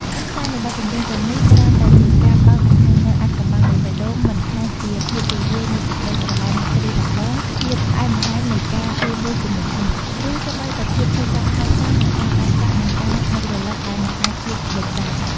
ខ្លឹមសារនៃបទចម្រៀងទាំងនេះច្រើនតែជាការបើកបង្ហាញនូវអាថ៌កំបាំងនៃបេះដូង មិនថាជាភាពរីករាយនៃសេចក្ដីស្រឡាញ់គ្រាដំបូង ភាពផ្អែមល្ហែមនៃការរួមរស់ជាមួយគ្នា ឬសូម្បីតែភាពឈឺចាប់ខ្លោចផ្សានៃការបែកបាក់ និងការនឹករលឹកដែលមិនអាចជួបវិញបាន។